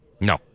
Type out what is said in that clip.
No